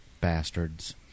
Bastards